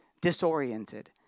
disoriented